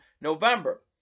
November